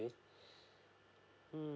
mm